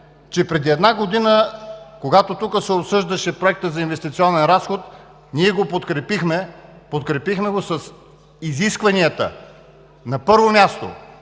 че преди една година, когато тук се обсъждаше Проектът за инвестиционен разход, ние го подкрепихме, подкрепихме го с изискванията – на първо място,